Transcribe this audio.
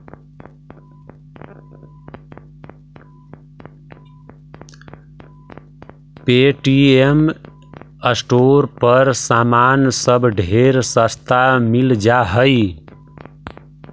Paytm store पर समान सब ढेर सस्ता मिल जा हई